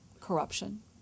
corruption